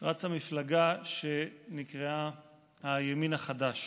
רצה מפלגה שנקראה "הימין החדש".